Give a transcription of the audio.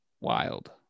wild